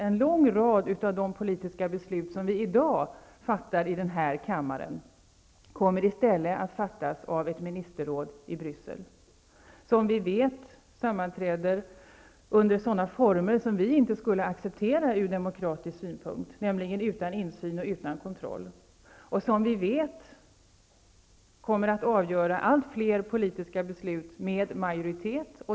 En lång rad av de politiska beslut vi i dag fattar här i kammaren kommer i stället att fattas av ett ministerråd i Bryssel. Detta råd sammanträder, det vet vi, under sådana former som vi inte skulle acceptera ur demokratisk synpunkt, nämligen utan insyn och kontroll. Vi vet att rådet kommer att avgöra allt fler politiska beslut med majoritet.